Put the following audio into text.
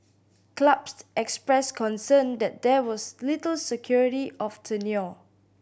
clubs expressed concern that there was little security of tenure